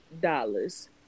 dollars